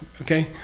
okay?